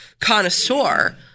connoisseur